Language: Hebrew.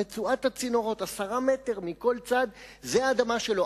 רצועת הצינורות, 10 מטר מכל צד, זו האדמה שלו.